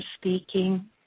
speaking